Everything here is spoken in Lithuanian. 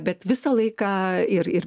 bet visą laiką ir ir